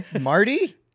Marty